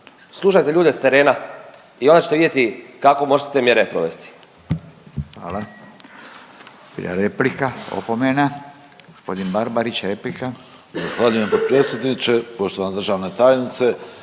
slušajte ljude s terena i onda ćete vidjeti kako možete te mjere provesti. **Radin, Furio